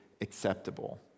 acceptable